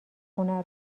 خونه